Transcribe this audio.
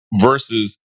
versus